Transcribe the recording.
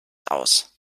aus